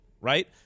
Right